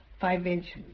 five-inch